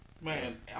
Man